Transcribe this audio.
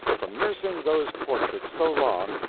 from nursing those portraits so long,